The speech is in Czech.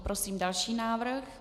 Prosím další návrh.